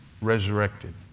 resurrected